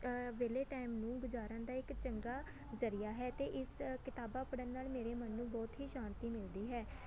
ਵਿਹਲੇ ਟਾਈਮ ਨੂੰ ਗੁਜ਼ਾਰਨ ਦਾ ਇੱਕ ਚੰਗਾ ਜ਼ਰੀਆ ਹੈ ਅਤੇ ਇਸ ਕਿਤਾਬਾਂ ਪੜ੍ਹਨ ਨਾਲ ਮੇਰੇ ਮਨ ਨੂੰ ਬਹੁਤ ਹੀ ਸ਼ਾਂਤੀ ਮਿਲਦੀ ਹੈ